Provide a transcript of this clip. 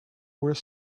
were